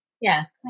Yes